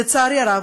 לצערי הרב,